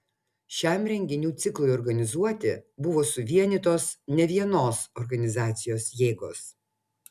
šiam renginių ciklui organizuoti buvo suvienytos nevienos organizacijos jėgos